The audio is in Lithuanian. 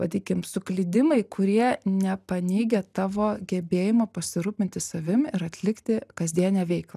vadinkim suklydimai kurie nepaneigia tavo gebėjimo pasirūpinti savim ir atlikti kasdienę veiklą